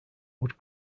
would